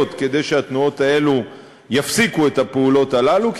כדי שהתנועות האלו יפסיקו את הפעולות הללו,